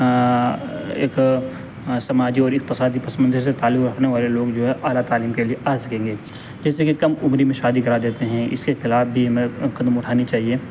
ایک سماجی اور اقتصادی پس منظر سے تعلق رکھنے والے لوگ جو ہے اعلیٰ تعلیم کے لیے آ سکیں گے جیسے کہ کم عمری میں شادی کرا دیتے ہیں اس کے خلاف بھی قدم اٹھانی چاہیے